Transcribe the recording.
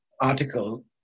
article